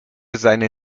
seine